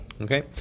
Okay